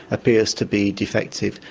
appears to be defective.